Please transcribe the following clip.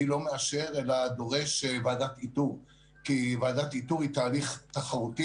אני לא מאשר אלא דורש ועדת איתור כי ועדת איתור היא תהליך תחרותי